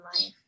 life